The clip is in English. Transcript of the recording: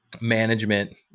management